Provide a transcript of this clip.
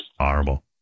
Horrible